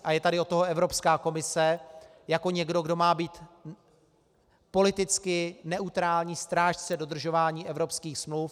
A od toho tady je Evropská komise jako někdo, kdo má být politicky neutrálním strážcem dodržování evropských smluv.